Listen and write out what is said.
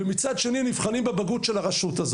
ובצד השני נבחנים בבגרות של הרשות,